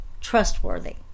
trustworthy